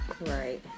Right